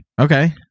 Okay